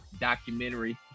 documentary